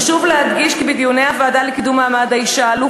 חשוב להדגיש כי בדיוני הוועדה לקידום מעמד האישה עלו